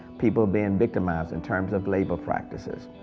people being victimized in terms of labor practices,